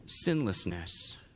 Sinlessness